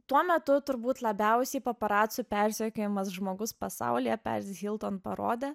tuo metu turbūt labiausiai paparacių persekiojamas žmogus pasaulyje peris hilton parodė